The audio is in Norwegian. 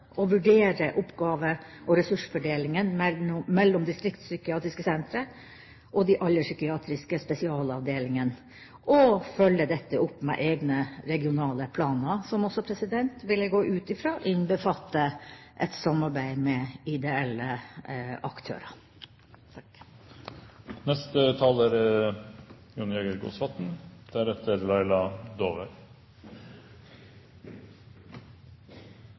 å vurdere oppgave- og ressursfordelingen mellom distriktspsykiatriske sentre og de alderspsykiatriske spesialavdelingene og følge dette opp med egne regionale planer som også, vil jeg gå ut fra, innbefatter et samarbeid med ideelle aktører. Norske Kvinners Sanitetsforening melder at Kløverhagen på Ringebu er